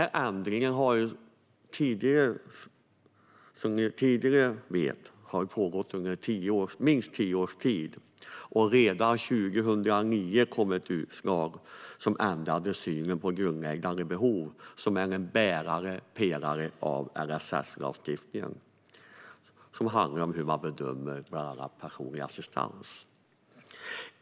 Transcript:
Som ni vet har förändringarna pågått under minst tio års tid. Redan 2009 kom ett utslag som ändrade synen på grundläggande behov, som är en bärande pelare i LSS-lagstiftningen. Det handlar bland annat om hur man bedömer personlig assistans.